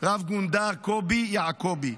רב-גונדר קובי יעקבי.